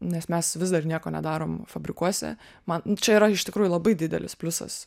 nes mes vis dar nieko nedarom fabrikuose man čia yra iš tikrųjų labai didelis pliusas